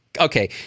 okay